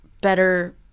better